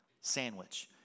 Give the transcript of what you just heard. sandwich